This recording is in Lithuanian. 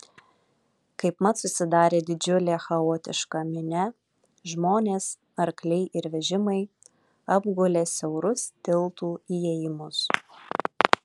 kaipmat susidarė didžiulė chaotiška minia žmonės arkliai ir vežimai apgulė siaurus tiltų įėjimus